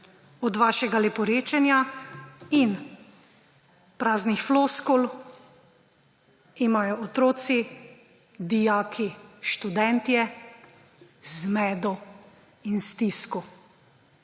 od vašega leporečenja in praznih floskul imajo otroci, dijaki, študentje zmedo in stisko.